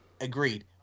Agreed